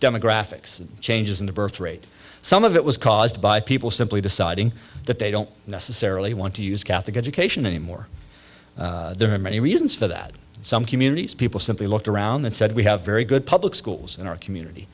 demographics changes in the birth rate some of it was caused by people simply deciding that they don't necessarily want to use catholic education anymore there are many reasons for that in some communities people simply looked around and said we have very good public schools in our community